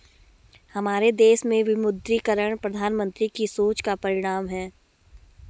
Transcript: हमारे देश में विमुद्रीकरण प्रधानमन्त्री की सोच का परिणाम है